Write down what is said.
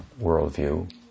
worldview